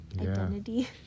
identity